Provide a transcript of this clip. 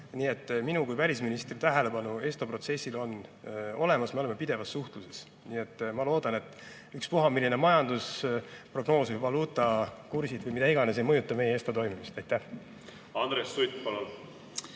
Nii et minu kui välisministri tähelepanu ESTO protsessile on olemas, me oleme pidevas suhtluses. Ma loodan, et ükspuha milline majandusprognoos või valuutakursid või mis iganes ei mõjuta meie ESTO toimumist. Andres Sutt,